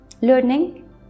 learning